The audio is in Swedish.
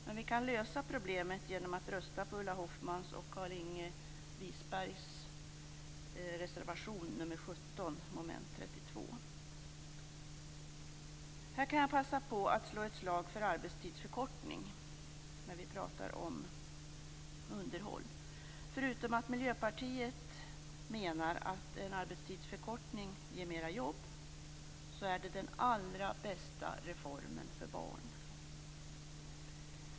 Vi kan dock lösa problemet genom att rösta för Ulla Hoffmanns och Carlinge Wisbergs reservation nr 17 under mom. 32. Jag kan medan vi talar om underhåll passa på att slå ett slag för arbetstidsförkortning. Förutom att Miljöpartiet menar att en arbetstidsförkortning ger mera jobb är det den allra bästa reformen för barn.